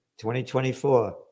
2024